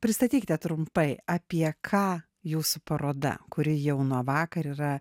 pristatykite trumpai apie ką jūsų paroda kuri jau nuo vakar yra